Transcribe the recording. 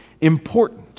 important